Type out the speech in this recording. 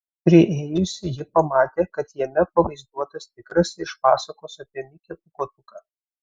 priėjusi ji pamatė kad jame pavaizduotas tigras iš pasakos apie mikę pūkuotuką